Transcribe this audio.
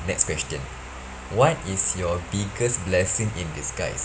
next question what is your biggest blessing in disguise